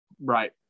Right